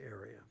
area